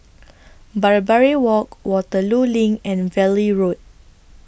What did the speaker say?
Barbary Walk Waterloo LINK and Valley Road